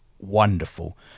Wonderful